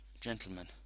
Gentlemen